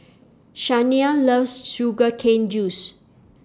Shania loves Sugar Cane Juice